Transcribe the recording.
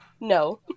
No